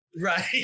right